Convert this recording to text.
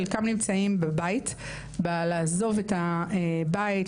חלקם נמצאים בלעזוב את הבית,